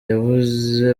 yavuze